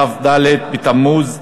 כ"ד בתמוז התשע"ג,